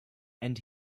and